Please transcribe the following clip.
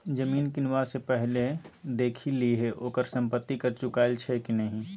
जमीन किनबा सँ पहिने देखि लिहें ओकर संपत्ति कर चुकायल छै कि नहि?